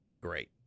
great